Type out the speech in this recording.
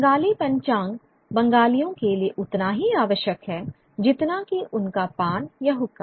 बंगाली पंचांग बंगालियों के लिए उतना ही आवश्यक है जितना कि उनका पान या हुक्का